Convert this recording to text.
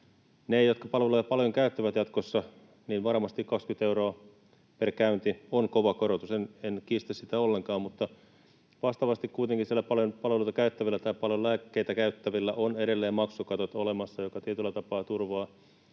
jotka palveluja paljon käyttävät jatkossa, varmasti 20 euroa per käynti on kova korotus, en kiistä sitä ollenkaan, mutta vastaavasti kuitenkin siellä paljon palveluita käyttävillä tai paljon lääkkeitä käyttävillä ovat edelleen maksukatot olemassa, mikä tietyllä tapaa turvaa